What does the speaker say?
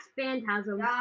Phantasm